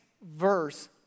verse